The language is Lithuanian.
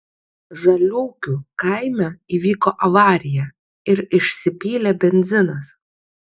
žaliūkių kaime įvyko avarija ir išsipylė benzinas